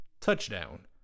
touchdown